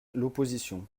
l’opposition